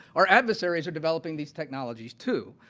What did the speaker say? our adversaries are developing these technologies too.